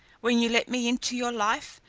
when you let me into your life,